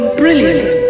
brilliant